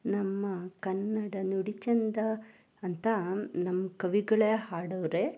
ನಮ್ಮ ಕನ್ನಡ ನುಡಿ ಚೆಂದ ಅಂತ ನಮ್ಮ ಕವಿಗಳೇ ಹಾಡವ್ರೆ